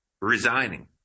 resigning